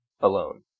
alone